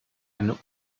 eine